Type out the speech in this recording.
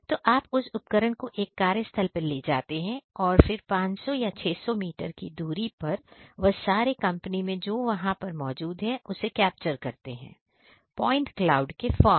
तो आप उस उपकरण को एक कार्य स्थल पर जाते हैं और फिर 500 या 600 मीटर की दूरी पर वह सारे कंपनी जो वहां पर मौजूद है उसे कैप्चर कर लेगा प्वाइंट क्लाउड के फॉर्म में